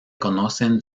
conocen